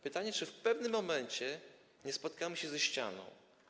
Pytanie, czy w pewnym momencie nie spotkamy się ze ścianą.